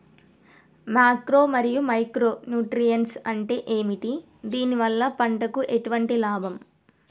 Macro మరియు micro nutrients అంటే ఏమిటి? దీనివల్ల పంటకు ఎటువంటి లాభం?